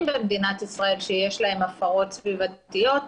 במדינת ישראל שיש להם הפרות סביבתיות.